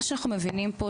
מה שאנחנו מבינים פה,